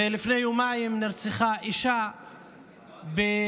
לפני יומיים נרצחה אישה בביתה,